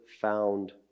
found